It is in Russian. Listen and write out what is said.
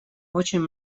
очень